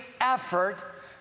effort